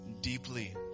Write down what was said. deeply